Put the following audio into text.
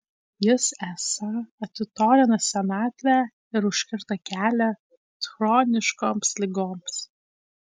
jis esą atitolina senatvę ir užkerta kelią chroniškoms ligoms